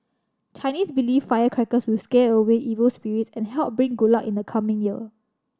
Chinese believe firecrackers will scare away evil spirits and help bring good luck in the coming year